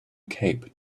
cape